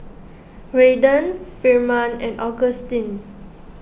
Raiden Firman and Augustine